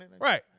Right